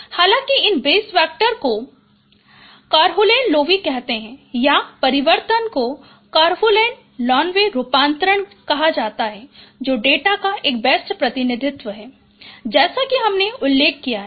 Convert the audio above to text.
हालाँकि और इन बेस वेक्टर को कार्हुनेन्न लोएवे कहते हैं या परिवर्तन को कार्हुनेन्न लोएवे रूपांतरण कहा जाता है जो डेटा का एक बेस्ट प्रतिनिधित्व है जैसा कि हमने उल्लेख किया है